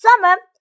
summer